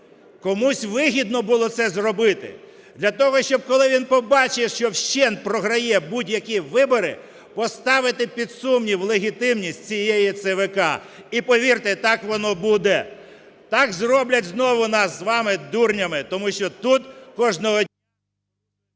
комусь вигідно було це зробити. Для того, щоб, коли він побачить, що вщент програє будь-які вибори, поставити під сумнів легітимність цієї ЦВК. І повірте, так воно буде. Так зроблять знову нас з вами дурнями. Тому що тут… ГОЛОВУЮЧИЙ.